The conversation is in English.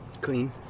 Clean